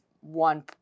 one